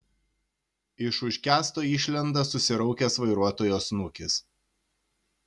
iš už kęsto išlenda susiraukęs vairuotojo snukis